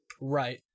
Right